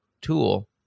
tool